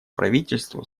правительству